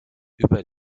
über